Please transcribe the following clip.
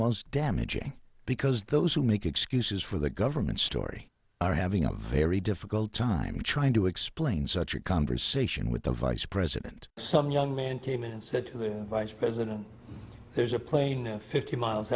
most damaging because those who make excuses for the government story are having a very difficult time trying to explain such a conversation with the vice president some young man came in and said to the vice president there's a plane a fifty miles